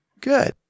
Good